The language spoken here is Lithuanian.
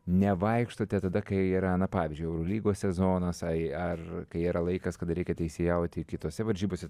nevaikštote tada kai yra na pavyzdžiui eurolygos sezonas ai ar kai yra laikas kada reikia teisėjauti kitose varžybose